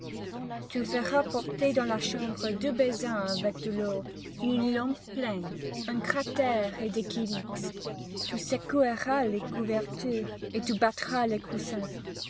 tu feras porter dans la chambre deux bassins avec de l'eau une lampe pleine un cratère et des kylix tu secoueras les couvertures et tu battras les coussins